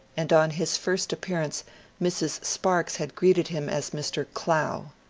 and on his first appearance mrs. sparks had greeted him as mr. clow.